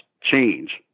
change